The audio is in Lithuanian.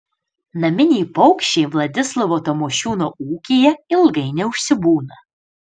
naminiai paukščiai vladislovo tamošiūno ūkyje ilgai neužsibūna